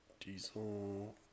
Diesel